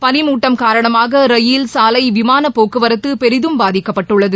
பனிமூட்டம் காரணமாக ரயில் சாலை விமானப் போக்குவர்தது பெரிதும் பாதிக்கப்பட்டுள்ளது